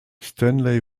stanley